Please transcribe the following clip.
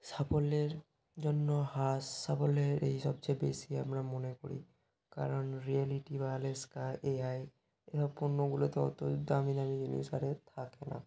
সাফল্যের জন্য হ্রাস সাফল্যের এই সবচেয়ে বেশি আমরা মনে করি কারণ রিয়েলিটি বা আলেক্সা এআই এ সব পণ্যগুলোতে অত দামি দামি জিনিস আরে থাকে না